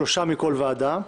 שלושה מכול ועדה,